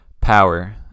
Power